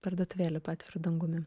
parduotuvėlę po atviru dangumi